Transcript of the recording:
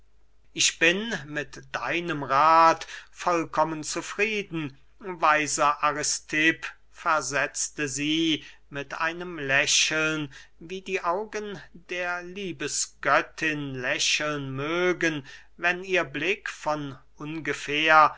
ich bin mit deinem rath vollkommen zufrieden weiser aristipp versetzte sie mit einem lächeln wie die augen der liebesgöttin lächeln mögen wenn ihr blick von ungefähr